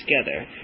together